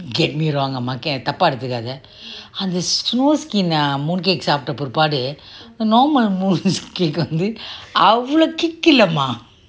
get me wrong mah தப்பா எடுத்துக்காத அந்த:thappa eduthukaatha antha snow skin mooncake சாப்பிட்ட பிற்பாடு இந்த:saaptha pirpaadu normal mooncake வந்து அவ்ளோ:vanthu avlo kick இல்லமா:illamaa